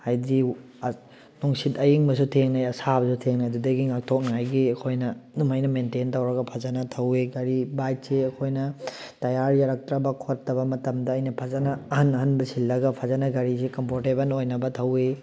ꯍꯥꯏꯗꯤ ꯅꯨꯡꯁꯤꯠ ꯑꯌꯤꯡꯕꯁꯨ ꯊꯦꯡꯅꯩ ꯑꯁꯥꯕꯁꯨ ꯊꯦꯡꯅꯩ ꯑꯗꯨꯗꯒꯤ ꯉꯥꯛꯊꯣꯛꯅꯉꯥꯏꯒꯤ ꯑꯩꯈꯣꯏꯅ ꯑꯗꯨꯃꯥꯏꯅ ꯃꯦꯟꯇꯦꯟ ꯇꯧꯔꯒ ꯐꯖꯅ ꯊꯧꯋꯤ ꯒꯥꯔꯤ ꯕꯥꯏꯛꯁꯤ ꯑꯩꯈꯣꯏꯅ ꯇꯌꯥꯔ ꯌꯥꯔꯛꯇ꯭ꯔꯕ ꯈꯣꯠꯇꯕ ꯃꯇꯝꯗ ꯑꯩꯅ ꯐꯖꯅ ꯑꯍꯟ ꯑꯍꯟꯕ ꯁꯤꯜꯂꯒ ꯐꯖꯅ ꯒꯥꯔꯤꯁꯤ ꯀꯝꯐꯣꯔꯇꯦꯕꯜ ꯑꯣꯏꯅꯕ ꯊꯧꯋꯤ